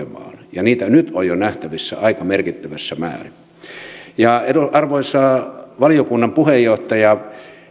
ja niitä on jo nyt nähtävissä aika merkittävissä määrin arvoisa valiokunnan puheenjohtaja